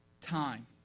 Time